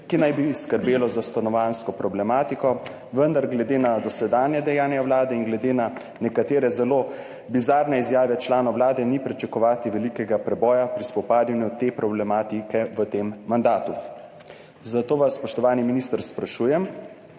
ki naj bi skrbelo za stanovanjsko problematiko, vendar glede na dosedanja dejanja Vlade in glede na nekatere zelo bizarne izjave članov Vlade ni pričakovati velikega preboja pri spopadanju s to problematiko v tem mandatu. Zato vas, spoštovani minister, sprašujem: